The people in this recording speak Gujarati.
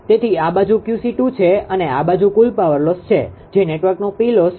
તેથી આ બાજુ 𝑄𝐶2 છે અને આ બાજુ કુલ પાવર લોસ છે જે નેટવર્કનુ 𝑃𝐿𝑜𝑠𝑠 છે